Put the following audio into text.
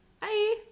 Bye